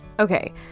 Okay